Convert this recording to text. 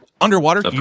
Underwater